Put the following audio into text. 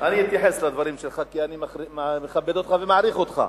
אני אתייחס לדברים שלך כי אני מכבד אותך ומעריך אותך.